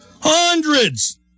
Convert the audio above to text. Hundreds